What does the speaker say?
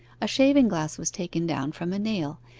a shaving-glass was taken down from a nail,